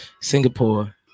Singapore